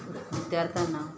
विद्यार्थाना